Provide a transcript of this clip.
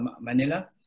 Manila